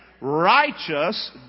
Righteous